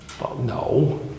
No